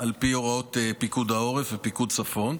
על פי הוראות פיקוד העורף ופיקוד צפון,